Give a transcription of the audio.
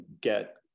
get